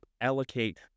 allocate